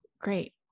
Great